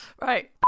Right